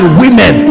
women